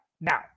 Now